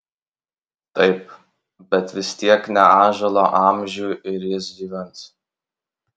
taip bet vis tiek ne ąžuolo amžių ir jis gyvens